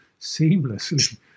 seamlessly